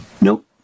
nope